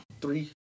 three